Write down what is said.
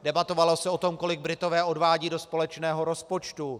Debatovalo se o tom, kolik Britové odvádějí do společného rozpočtu.